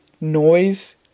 noise